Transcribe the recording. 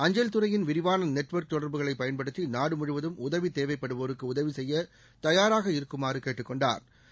அஞ்சல் துறையின் விரிவான நெட்வொர்க் தொடர்புகளை பயன்படுத்தி நாடு முழுவதும் உதவி தேவைப்படுவோருக்கு உதவி செய்ய தயாராக இருக்குமாறு கேட்டுக் கொண்டாா்